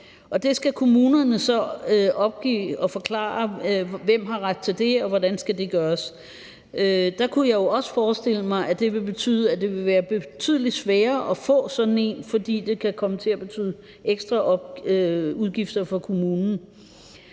der skal kommunerne så oplyse og forklare, hvem der har ret til det, og hvordan det skal gøres. Der kunne jeg jo også forestille mig, at det vil betyde, at det vil være betydelig sværere at få det, fordi det kan komme til at betyde ekstra udgifter for kommunen.